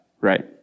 right